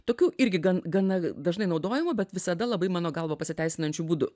tokiu irgi gan gana dažnai naudojamu bet visada labai mano galva pasiteisinančiu būdu